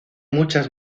muchas